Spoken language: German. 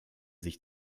sich